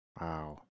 Wow